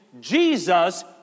Jesus